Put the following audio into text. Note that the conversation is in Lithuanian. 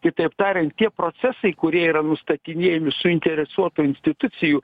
kitaip tariant tie procesai kurie yra nustatinėjami suinteresuotų institucijų